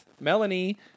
Melanie